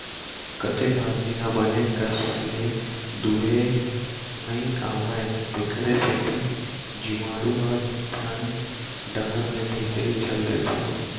कतेक आदमी ल बने कस ले दुहे नइ आवय तेकरे सेती जीवाणु ह थन डहर ले भीतरी चल देथे